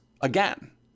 again